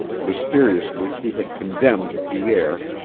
mysteriously he had condemned pierre,